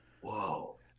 Whoa